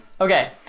Okay